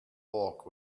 bulk